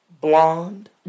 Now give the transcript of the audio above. blonde